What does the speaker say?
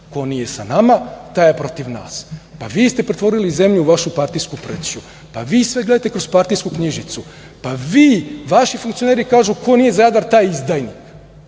ko nije sa nama, taj je protiv nas. Pa, vi ste pretvorili zemlju u vašu partijsku prćiju. Vi sve gledate kroz partijsku knjižicu. Vi, avaši funkcioneri kažu - ko nije za Jadar, taj je izdajnik.